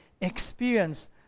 experience